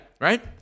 right